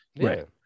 Right